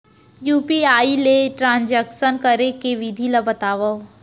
UPI ले transaction करे के विधि ला बतावव?